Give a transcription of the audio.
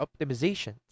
optimizations